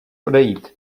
odejít